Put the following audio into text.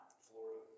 Florida